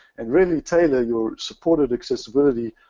and really tailor your supported accessibility